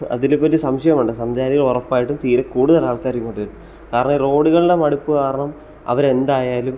അതിനെപ്പറ്റി സംശയം ഉണ്ട് സഞ്ചാരികൾ ഉറപ്പായിട്ടും തീരെ കൂടുതൽ ആൾക്കാരും ഇങ്ങോട്ട് വരും കാരണം റോഡുകളുടെ മടുപ്പ് കാരണം അവരെന്തായാലും